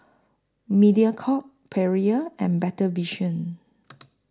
Mediacorp Perrier and Better Vision